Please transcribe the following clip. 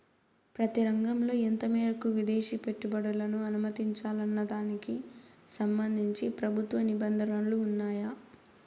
ప్రతి రంగంలో ఎంత మేరకు విదేశీ పెట్టుబడులను అనుమతించాలన్న దానికి సంబంధించి ప్రభుత్వ నిబంధనలు ఉన్నాయా?